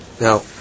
Now